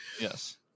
yes